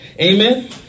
Amen